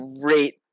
great